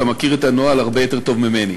אתה מכיר את הנוהל הרבה יותר טוב ממני.